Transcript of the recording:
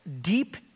deep